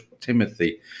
Timothy